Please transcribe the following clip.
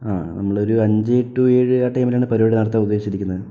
ആ നമ്മളൊരു അഞ്ചേ ടു ഏഴ് ആ ടൈമിലാണ് പരിപാടി നടത്താൻ ഉദ്ദേശിച്ചിരിക്കുന്നത്